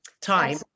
time